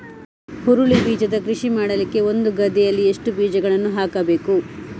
ಹುರುಳಿ ಬೀಜದ ಕೃಷಿ ಮಾಡಲಿಕ್ಕೆ ಒಂದು ಗದ್ದೆಯಲ್ಲಿ ಎಷ್ಟು ಬೀಜಗಳನ್ನು ಹಾಕಬೇಕು?